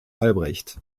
albrecht